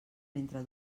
mentre